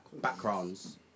backgrounds